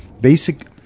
Basic